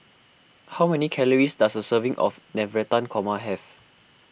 how many calories does a serving of Navratan Korma have